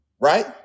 Right